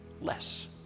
less